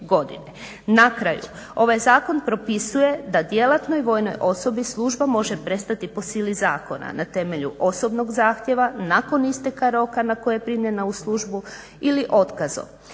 Na kraju ovaj zakon propisuje da djelatnoj vojnoj osobi služba može prestati po sili zakona na temelju osobnog zahtjeva nakon isteka roka na koje je primljena u službu ili otkazom,